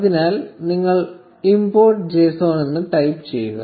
അതിനാൽ നിങ്ങൾ import j s o n എന്ന് ടൈപ്പ് ചെയ്യുക